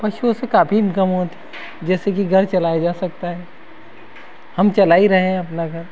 पशुओं से काफी इनकम होती जैसे कि घर चलाया जा सकता है हम चला ही रहे हैं अपना घर